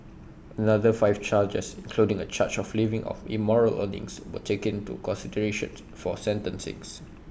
another five charges including A charge of living off immoral earnings were taken into consideration for sentencings